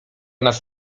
nas